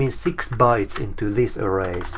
six bytes into this array.